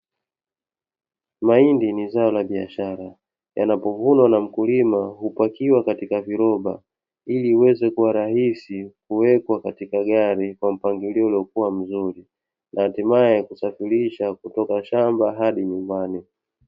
Mahindi ni zao lla biashara, yanapovunwa na mkulima hupakiwa katika viroba ili iweze kuwa rahisi kuwekwa katika gari kwa mpangilio uliokuwa mzuri, na hatimaye kusafirishwa kutoka shamba hadi nyumbani.